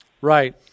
Right